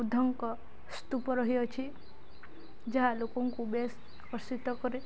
ବୁଦ୍ଧଙ୍କ ସ୍ତୂପ ରହିଅଛି ଯାହା ଲୋକଙ୍କୁ ବେସ୍ ଆକର୍ଷିତ କରେ